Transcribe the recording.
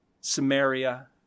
Samaria